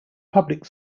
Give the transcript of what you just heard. public